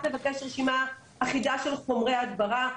רק לבקש רשימה אחידה של חומרי הדברה,